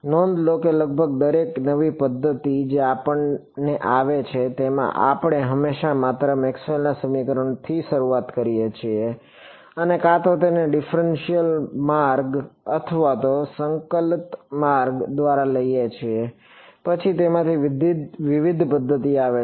નોંધ લો કે લગભગ દરેક એક નવી પદ્ધતિમાં જે આપણને આવે છે તેમાં આપણે હંમેશા માત્ર મેક્સવેલના સમીકરણોથી શરૂઆત કરીએ છીએ અને કાં તો તેને ડિફફરેનશીયલ માર્ગ અથવા સંકલિત સંકલન માર્ગ દ્વારા લઈએ છીએ અને પછી તેમાંથી વિવિધ પદ્ધતિઓ આવે છે